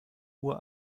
uhr